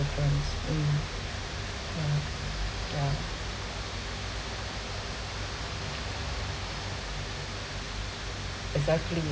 difference mm yeah yeah exactly